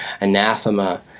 anathema